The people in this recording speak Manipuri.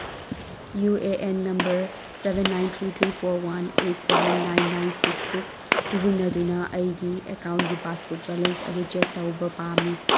U A N number seven nine three three four one eight seven nine nine six six ꯁꯤꯖꯤꯟꯅꯗꯨꯅ ꯑꯩꯒꯤ ꯑꯦꯀꯥꯎꯟꯒꯤ ꯄꯥꯁꯕꯨꯛ ꯕꯦꯂꯦꯟꯁ ꯑꯗꯨ ꯆꯦꯛ ꯇꯧꯕ ꯄꯥꯝꯃꯤ